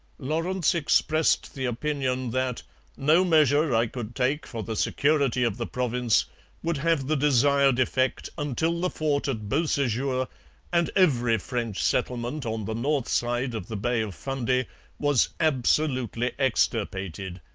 lawrence expressed the opinion that no measure i could take for the security of the province would have the desired effect until the fort at beausejour and every french settlement on the north side of the bay of fundy was absolutely extirpated,